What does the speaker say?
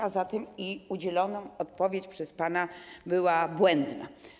A zatem i udzielona odpowiedź przez pana była błędna.